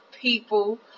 people